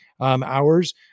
hours